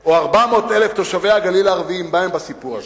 או 400,000 תושבי הגליל הערבים, מה הם בסיפור הזה?